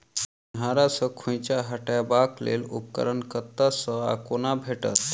सिंघाड़ा सऽ खोइंचा हटेबाक लेल उपकरण कतह सऽ आ कोना भेटत?